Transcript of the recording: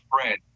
friend